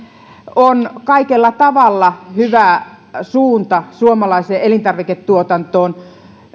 on kaikella tavalla hyvä suunta suomalaiseen elintarviketuotantoon